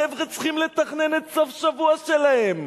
החבר'ה צריכים לתכנן את סוף-השבוע שלהם,